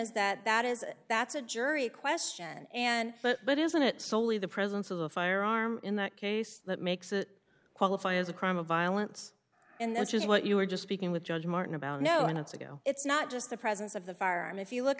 is that that is that's a jury question and but isn't it solely the presence of a firearm in that case that makes it qualify as a crime of violence and that's what you were just speaking with judge martin about no and it's ago it's not just the presence of the firearm if you look